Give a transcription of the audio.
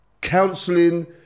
counseling